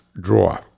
draw